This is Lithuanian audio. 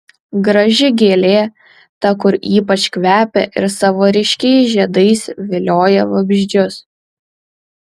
graži gėlė ta kur ypač kvepia ir savo ryškiais žiedais vilioja vabzdžius